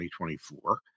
2024